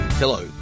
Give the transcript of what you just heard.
Hello